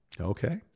Okay